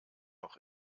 auch